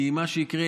כי מה שיקרה,